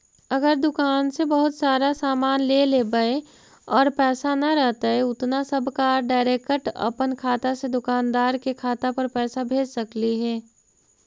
अगर दुकान से बहुत सारा सामान ले लेबै और पैसा न रहतै उतना तब का डैरेकट अपन खाता से दुकानदार के खाता पर पैसा भेज सकली हे?